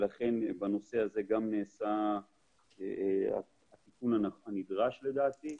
לכן בנושא הזה גם נעשה התיקון הנדרש לדעתי.